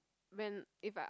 when if I